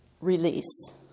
release